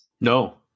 no